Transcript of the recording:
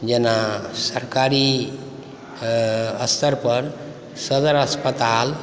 जेना सरकारी स्तरपर सदर अस्पताल